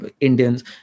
Indians